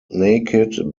naked